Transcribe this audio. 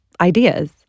ideas